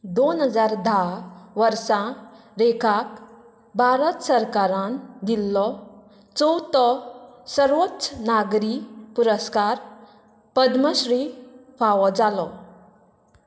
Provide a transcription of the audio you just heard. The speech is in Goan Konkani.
दोन हजार धा वर्सा रेखाक भारत सरकारान दिल्लो चवथो सर्वोच्च नागरी पुरस्कार पद्मश्री फावो जालो